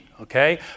okay